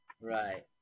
Right